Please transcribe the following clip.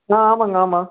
ஆ ஆமாம்ங்க ஆமாம்